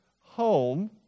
home